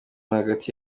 hagati